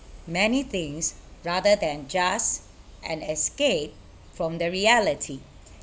many things rather than just an escape from the reality